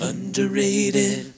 Underrated